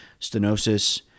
Stenosis